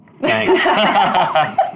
Thanks